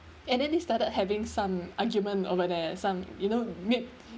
and then they started having some argument over there some you know mid